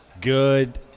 Good